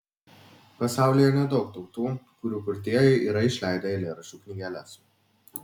pasaulyje nedaug tautų kurių kurtieji yra išleidę eilėraščių knygeles